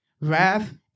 wrath